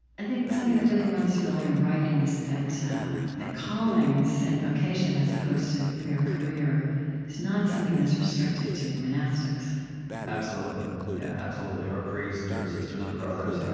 i think something that really runs through all your writing is that that callings and vocation as opposed to a mere career is not something that's restricted to monastics absolutely. yeah, absolutely. or priests or sisters or brothers.